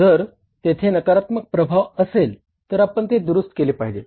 जर तेथे नकारात्मक प्रभाव असेल तर आपण ते दुरुस्त केले पाहिजेत